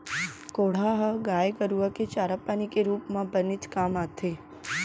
कोंढ़ा ह गाय गरूआ के चारा पानी के रूप म बनेच काम आथे